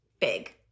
big